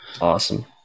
Awesome